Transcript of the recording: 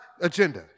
agenda